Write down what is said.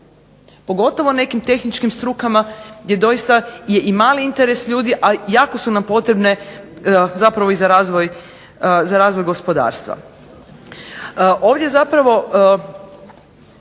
pogotovo nekim tehničkim strukama gdje je doista i mali interes ljudi, a jako su nam potrebe za razvoj gospodarstva. Ovdje se radi